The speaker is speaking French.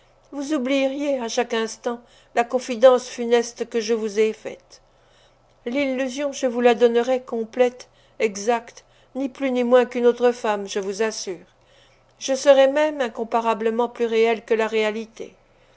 vous oublieriez à chaque instant la confidence funeste que je vous ai faite l'illusion je vous la donnerais complète exacte ni plus ni moins qu'une autre femme je vous assure je serais même incomparablement plus réelle que la réalité